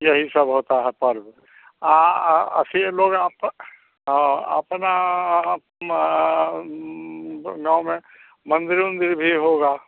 यही सब होता है पर्व अस्सी लोग हैं आपका हाँ अपना गाँव में मंदिर वंदिर भी होगा